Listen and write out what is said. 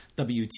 wt